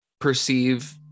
perceive